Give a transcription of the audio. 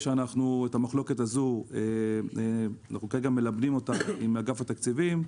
אנחנו מלבנים כרגע את המחלוקת הזו עם אגף התקציבים.